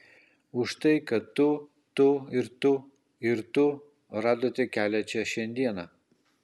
už tai kad tu tu ir tu ir tu radote kelią čia šiandieną